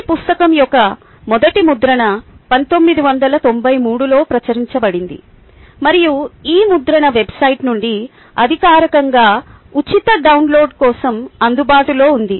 ఈ పుస్తకం యొక్క మొదటి ముద్రణ 1993 లో ప్రచురించబడింది మరియు ఈ ముద్రణ వెబ్సైట్ నుండి అధికారికంగా ఉచిత డౌన్లోడ్ కోసం అందుబాటులో ఉంది